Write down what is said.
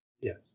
Yes